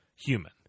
human